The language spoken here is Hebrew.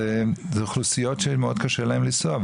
אלו אוכלוסיות שמאד קשה להן לנסוע,